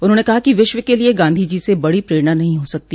उन्होंने कहा कि विश्व के लिये गांधी जी से बड़ी प्रेरणा नहीं हो सकती